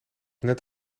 net